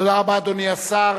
תודה רבה, אדוני השר.